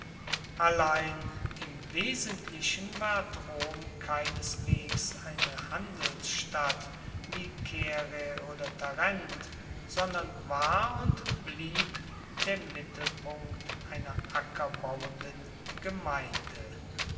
allein im wesentlichen ward rom keineswegs eine handelsstadt wie caere oder tarent sondern war und blieb der mittelpunkt einer ackerbauenden gemeinde